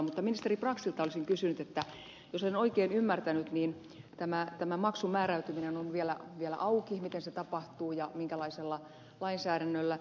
mutta ministeri brax jos olen oikein ymmärtänyt niin tämä maksun määräytyminen on vielä auki miten se tapahtuu ja minkälaisella lainsäädännöllä